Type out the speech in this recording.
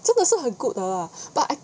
真的是很 good 的 lah but I